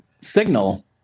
Signal